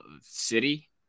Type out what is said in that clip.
city